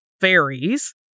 fairies